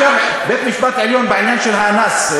עכשיו בית-המשפט העליון בעניין של האנס,